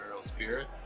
spirit